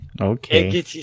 Okay